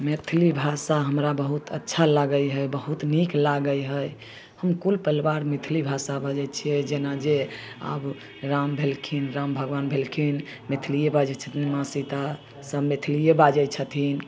मैथिली भाषा हमरा बहुत अच्छा लागै हइ बहुत नीक लागै हइ हम कुल परिवार मैथिली भाषा बजै छिए जेना जे आब राम भेलखिन राम भगवान भेलखिन मैथिलिए बाजै छथिन माँ सीता सब मैथिलिए बाजै छथिन